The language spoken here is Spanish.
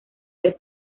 del